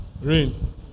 rain